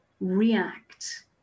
react